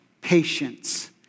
patience